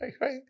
Right